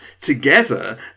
together